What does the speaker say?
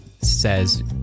says